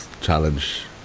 Challenge